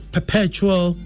Perpetual